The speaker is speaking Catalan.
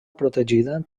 protegida